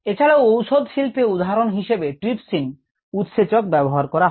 এছাড়াও ঔষধ শিল্পে উদাহরণ হিসেবে ট্রিপসিন উৎসেচক ব্যবহার করা হয়